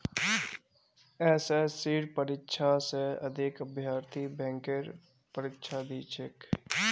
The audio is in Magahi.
एसएससीर परीक्षा स अधिक अभ्यर्थी बैंकेर परीक्षा दी छेक